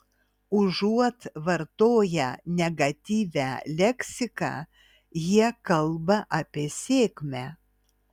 užuot vartoję negatyvią leksiką jie kalba apie sėkmę